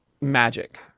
magic